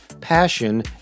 Passion